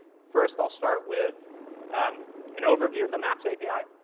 first, i'll start with an overview of the maps api.